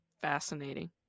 Fascinating